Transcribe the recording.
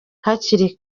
hakiri